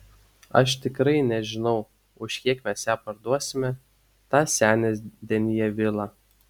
aš tikrai nežinau už kiek mes ją parduosime tą senės denjė vilą